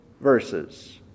verses